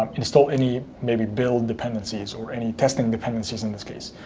um install any maybe build dependencies, or any testing dependencies, in this case.